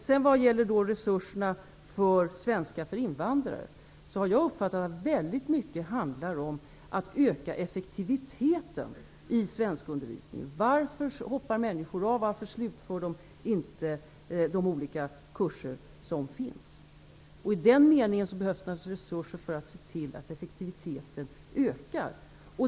När det sedan gäller resurserna till svenska för invandrare handlar det väldigt mycket om att öka effektiviteten i svenskundervisningen. Varför hoppar människor av? Varför slutför de inte de olika kurserna? I den meningen behövs det resurser för att öka effektiviteten.